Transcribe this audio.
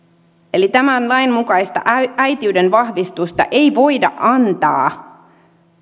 eli tämän lain mukaista äitiyden vahvistusta ei voida antaa